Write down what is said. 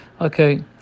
Okay